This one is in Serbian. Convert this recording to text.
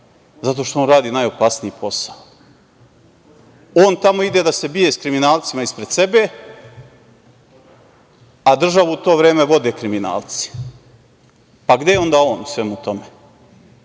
zato što on radi najopasniji posao? On tamo ide da se bije sa kriminalcima ispred sebe, a državu u to vreme vode kriminalci. Gde je onda on u svemu tome?